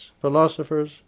philosophers